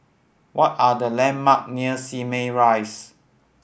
what are the landmark near Simei Rise